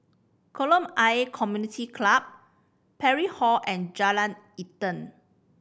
Kolam Ayer Community Club Parry Hall and Jalan Intan